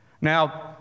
Now